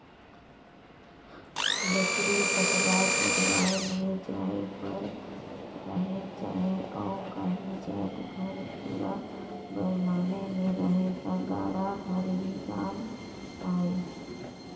लकरी पटरा चिरवाए ले जाए बर रहें चहे अउ काही जाएत घर दुरा बर लाने ले रहे ता गाड़ा हर ही काम आए